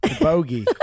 bogey